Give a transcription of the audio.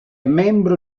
membro